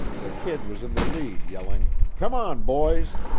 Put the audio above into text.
the kid was in the lead yelling come on, boys!